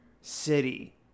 city